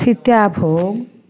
sitabhog